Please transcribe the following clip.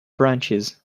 branches